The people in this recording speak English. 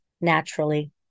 naturally